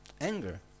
Anger